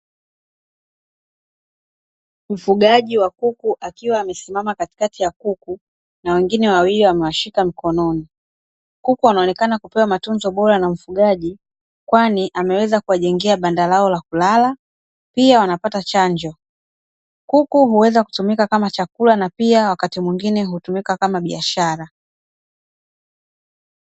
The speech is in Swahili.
Ufugaji wa kuku akiwa amesimama katikati ya kuku na wengine wawili amewashika mkononi. Kuku wanaonekana kupewa matunzo bora na mfugaji kwani ameweza kuwajengea banda lao la kulala pia wanapata chanjo. Kuku huweza kutumika kama chakula pia wakati mwingine hutumika kama biashara.